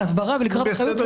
ההתחלה, הסברה ולקיחת אחריות.